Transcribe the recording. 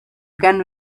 can